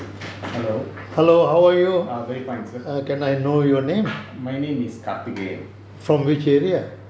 hello uh very fine sir my name is karthigan